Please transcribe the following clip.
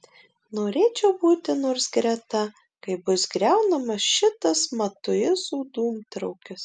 norėčiau būti nors greta kai bus griaunamas šitas matuizų dūmtraukis